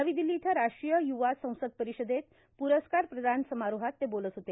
नवी दिल्ली इथं राष्ट्रीय युवा संसद परिषदेत पुरस्कार प्रदान समारोहात ते बोलत होते